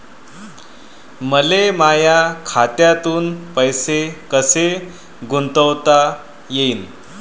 मले माया खात्यातून पैसे कसे गुंतवता येईन?